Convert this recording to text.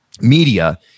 media